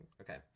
Okay